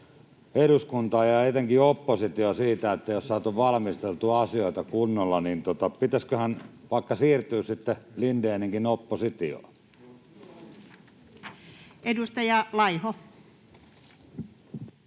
eduskuntaa ja etenkin oppositiota siitä, ettei ole saatu valmisteltua asioita kunnolla, niin pitäisiköhän vaikka siirtyä sitten Lindéninkin oppositioon. [Speech